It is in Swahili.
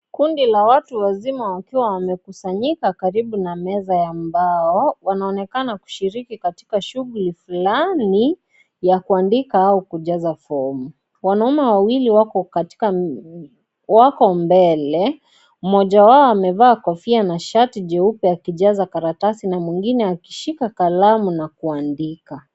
Kundi la watu wakubwa wakiwa wamekusanyika karibu na meza ya mbao. Wanaonekana kushiriki katika shughuli fulani ya kuandika au kujaza fomu. Wanaume wawili wako katika, wako mbele mmoja wao amevaa kofia na shati jeupe akijaza karatasi na mwingine akishika kalamu na kuandika.